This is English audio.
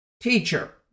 Teacher